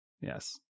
Yes